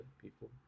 people